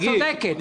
היא צודקת.